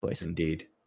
Indeed